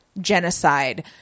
genocide